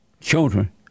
children